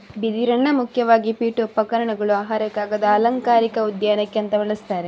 ಬಿದಿರನ್ನ ಮುಖ್ಯವಾಗಿ ಪೀಠೋಪಕರಣಗಳು, ಆಹಾರ, ಕಾಗದ, ಅಲಂಕಾರಿಕ ಉದ್ಯಾನಕ್ಕೆ ಅಂತ ಬಳಸ್ತಾರೆ